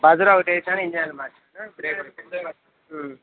buzzer ఒకటి వేసాను engine oil మార్చాను బ్రేక్ ఒకటి